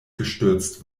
gestürzt